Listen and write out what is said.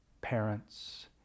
parents